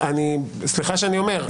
סליחה שאני אומר,